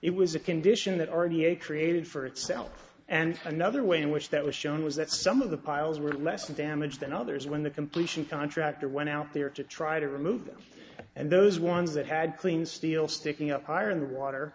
it was a condition that already a created for itself and another way in which that was shown was that some of the piles were less damage than others when the completion contractor went out there to try to remove them and those ones that had clean steel sticking up higher in the water